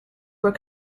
were